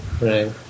right